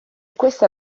questa